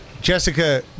Jessica